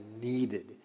needed